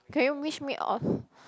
can you wish me off